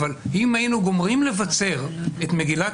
אבל אם היינו גומרים לבצר את מגילת